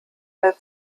der